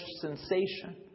sensation